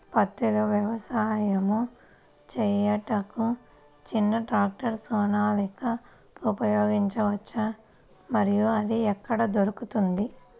పత్తిలో వ్యవసాయము చేయుటకు చిన్న ట్రాక్టర్ సోనాలిక ఉపయోగించవచ్చా మరియు అది ఎక్కడ దొరుకుతుంది?